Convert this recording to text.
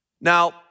Now